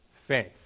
faith